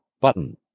Button